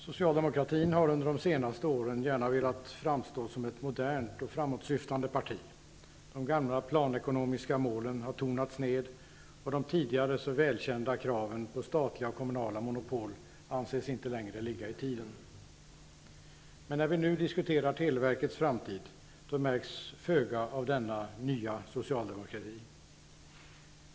Herr talman! Socialdemokraterna har under de senaste åren gärna velat framstå som ett modernt och framåtsyftande parti. De gamla planekonomiska målen har tonats ned, och de tidigare så välkända kraven på statliga och kommunala monopol anses inte längre ligga ''i tiden''. När vi nu diskuterar televerkets framtid märks dock föga av denna ''nya'' form av socialdemokrati.